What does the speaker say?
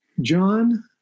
John